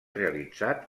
realitzat